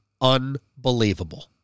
unbelievable